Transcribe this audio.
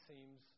seems